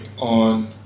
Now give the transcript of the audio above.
on